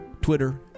Twitter